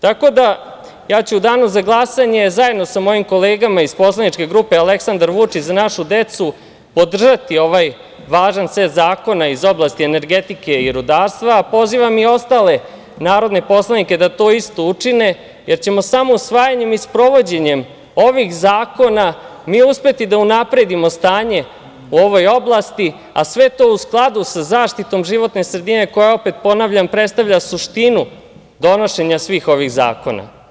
Tako da, ja ću u danu za glasanje, zajedno sa mojim kolegama iz poslaničke grupe Aleksandar Vučić – Za našu decu, podržati ovaj važan set zakona iz oblasti energetike i rudarstva, a pozivam i ostale narodne poslanike da to isto učine, jer ćemo samo usvajanjem i sprovođenjem ovih zakona mi uspeti da unapredimo stanje u ovoj oblasti, a sve to u skladu sa zaštitom životne sredine koja predstavlja suštinu donošenja svih ovih zakona.